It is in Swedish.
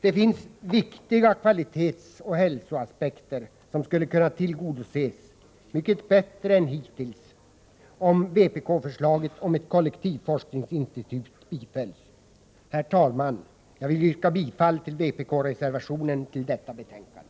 Det finns viktiga kvalitetsoch hälsoaspekter som skulle kunna tillgodoses mycket bättre än hittills om vpk-förslaget om ett kollektivforskningsinstitut bifölls. Herr talman! Jag vill yrka bifall till vpk-reservationen vid detta betänkande.